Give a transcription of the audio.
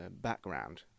background